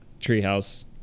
treehouse